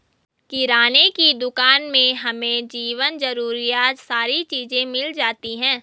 किराने की दुकान में हमें जीवन जरूरियात सारी चीज़े मिल जाती है